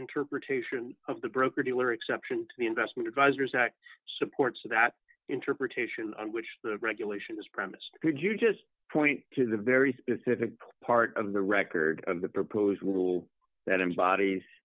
interpretation of the broker dealer exception to the investment advisors act support so that interpretation on which the regulation is premise could you just point to the very specific part of the record of the proposed rule that embodies